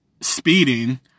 speeding